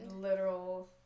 literal